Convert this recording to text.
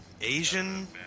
Asian